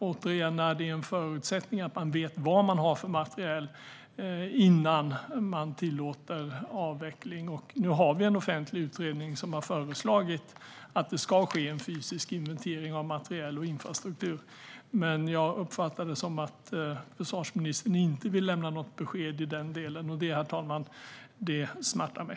Det är som sagt en förutsättning att man vet vad man har för materiel innan man tillåter avveckling. Nu har vi en offentlig utredning som har föreslagit att det ska ske en fysisk inventering av materiel och infrastruktur, men jag uppfattar det som att försvarsministern inte vill lämna något besked i den delen och det, herr talman, smärtar mig.